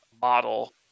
model